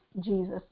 Jesus